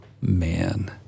man